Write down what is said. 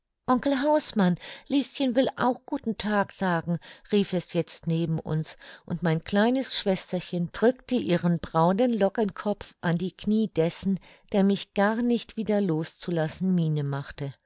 onkel hausmann lieschen will auch guten tag sagen rief es jetzt neben uns und mein kleines schwesterchen drückte ihren braunen lockenkopf an die knie dessen der mich gar nicht wieder los zu lassen miene machte